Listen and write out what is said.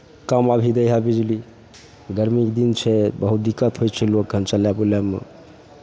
कम अभी दए हइ बिजली गरमीके दिन छै बहुत दिक्कत होइ छै लोक खन चलय बुलयमे